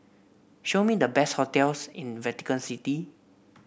show me the best hotels in Vatican City